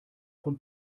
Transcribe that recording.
von